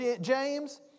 James